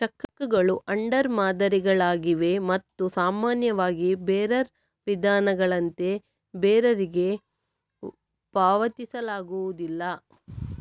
ಚೆಕ್ಕುಗಳು ಆರ್ಡರ್ ಮಾದರಿಗಳಾಗಿವೆ ಮತ್ತು ಸಾಮಾನ್ಯವಾಗಿ ಬೇರರ್ ವಿಧಾನಗಳಂತೆ ಬೇರರಿಗೆ ಪಾವತಿಸಲಾಗುವುದಿಲ್ಲ